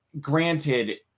granted